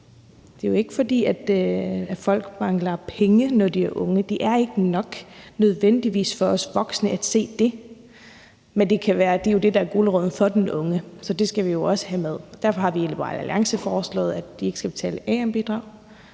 det er jo ikke, fordi folk mangler penge, når de er unge, og det er ikke nødvendigvis nok for os voksne at se på det, men det kan jo være, at det er det, der er guleroden for den unge. Så det skal vi jo også have med. Derfor har vi i Liberal Alliance foreslået, at de ikke skal betale AM-bidrag,